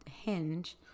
Hinge